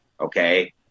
okay